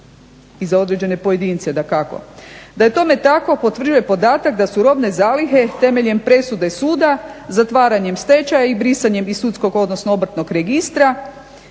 i za određene pojedince dakako? Da je tome tako potvrđuje podatak da su robne zalihe temeljem presude suda, zatvaranjem stečaja i brisanjem iz sudskog odnosno obrtnog registra